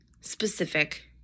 specific